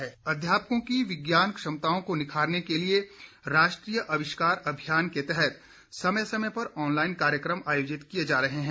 webinar अध्यापकों की विज्ञान क्षमताओं को निखारने के लिए राष्ट्रीय आविष्कार अभियान के तहत समय समय पर ऑनलाइन कार्यकम आयोजित किए जा रहे हैं